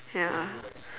ya